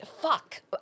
Fuck